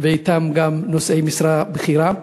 ואתו גם שכר נושאי משרה בכירה,